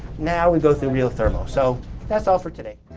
now we go through real thermal. so that's all for today.